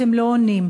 אתם לא עונים,